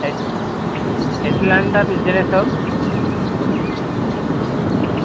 atlanta bussines hub